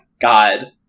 God